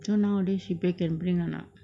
so nowadays she bake and bring or not